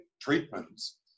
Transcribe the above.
treatments